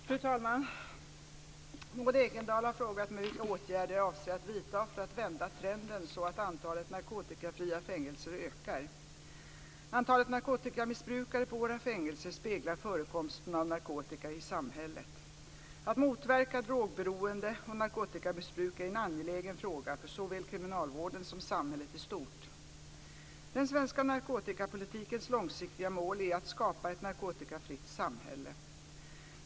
Fru talman! Maud Ekendahl har frågat mig vilka åtgärder jag avser att vidta för att vända trenden så att antalet narkotikafria fängelser ökar. Antalet narkotikamissbrukare på våra fängelser speglar förekomsten av narkotika i samhället. Att motverka drogberoende och narkotikamissbruk är en angelägen fråga för såväl kriminalvården som samhället i stort. Den svenska narkotikapolitikens långsiktiga mål är att skapa ett narkotikafritt samhälle.